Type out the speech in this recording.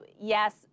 yes